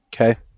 Okay